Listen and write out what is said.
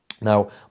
Now